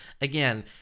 again